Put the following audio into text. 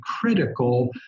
critical